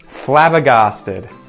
Flabbergasted